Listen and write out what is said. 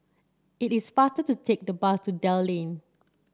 it is faster to take the bus to Dell Lane